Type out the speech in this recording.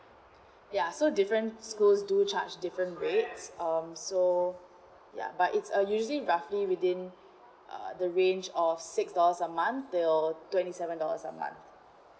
ya so different schools do charge different rates um so ya but it's uh usually roughly within uh the range of six dollars a month until twenty seven dollars a month